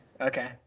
Okay